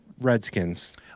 Redskins